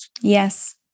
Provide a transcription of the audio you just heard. Yes